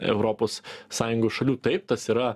europos sąjungos šalių taip tas yra